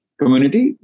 community